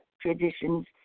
traditions